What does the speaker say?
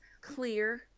clear